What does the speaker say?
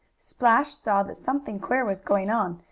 splash saw that something queer was going on,